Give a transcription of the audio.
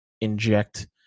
inject